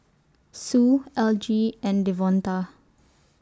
Sue Elgie and Devonta